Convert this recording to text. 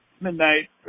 midnight